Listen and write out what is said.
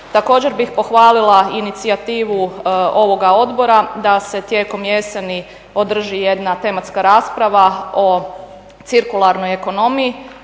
Također bih pohvalila inicijativu ovoga odbora da se tijekom jeseni održi jedna tematska rasprava o cirkularnoj ekonomiji